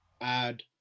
add